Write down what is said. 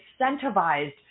incentivized